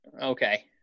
Okay